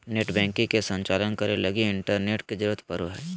net banking के संचालन करे लगी इंटरनेट के जरुरत पड़ो हइ